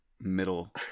middle